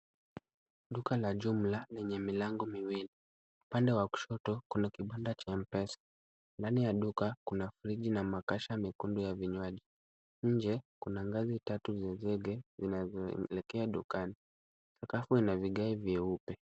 Duka la jumla lenye milango miwili, upande wa kushoto kuna kibanda cha m pesa. Ndani ya duka kuna friji na makasha mekundu ya vinywaji. Nje kuna ngazi tatu za zege zinazoelekea dukani. Sakafu ina vigai vyeupe.